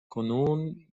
کنون